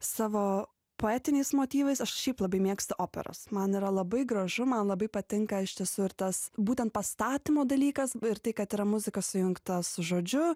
savo poetiniais motyvais aš šiaip labai mėgstu operas man yra labai gražu man labai patinka iš tiesų ir tas būtent pastatymo dalykas ir tai kad yra muzika sujungta su žodžiu